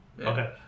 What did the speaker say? Okay